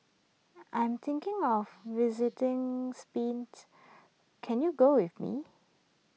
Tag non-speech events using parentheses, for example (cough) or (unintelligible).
I'm thinking of visiting Spain (unintelligible) can you go with me